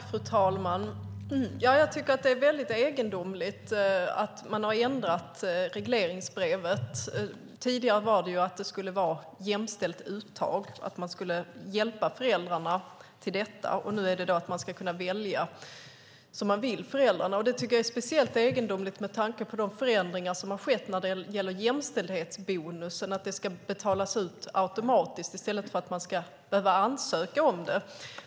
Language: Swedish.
Fru talman! Jag tycker att det är egendomligt att man har ändrat regleringsbrevet. Tidigare stod det att det skulle vara ett jämställt uttag och att man skulle hjälpa föräldrarna till det. Nu ska föräldrarna kunna välja som de vill. Jag tycker att det är speciellt egendomligt med tanke på de förändringar som har skett när det gäller jämställdhetsbonusen, nämligen att den ska betalas ut automatiskt i stället för att man ska ansöka om den.